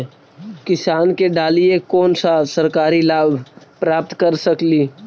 किसान के डालीय कोन सा सरकरी लाभ प्राप्त कर सकली?